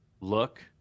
look